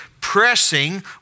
pressing